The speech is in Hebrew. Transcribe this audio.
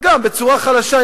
גם בצורה חלשה,